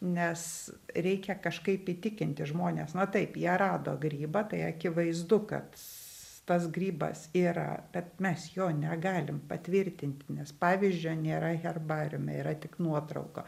nes reikia kažkaip įtikinti žmones na taip jie rado grybą tai akivaizdu kad tas grybas yra bet mes jo negalim patvirtint nes pavyzdžio nėra herbariume yra tik nuotrauka